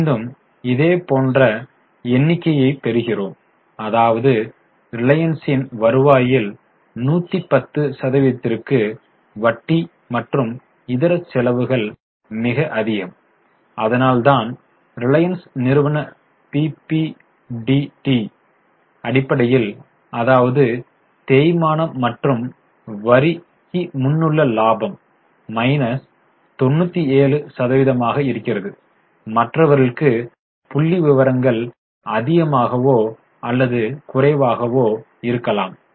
மீண்டும் இதே போன்ற எண்ணிக்கையைப் பெறுகிறோம் அதாவது ரிலையன்ஸ் யின் வருவாயில் 110 சதவிகிதத்திற்கு வட்டி மற்றும் இதர செலவுகள் மிக அதிகம் அதனால்தான் ரிலையன்ஸ் நிறுவன பிபிடிடியின் அடிப்படையில் அதாவது தேய்மானம் மற்றும் வரி முன்னுள்ள லாபம் மைனஸ் 97 சதவிகிதமாக இருக்கிறது மற்றவர்களுக்கு புள்ளிவிவரங்கள் அதிகமாகவோ அல்லது குறைவாகவோ இருக்கலாம்